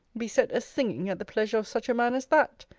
be set a-singing at the pleasure of such a man as that?